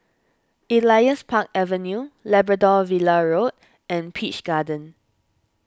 Elias Park Avenue Labrador Villa Road and Peach Garden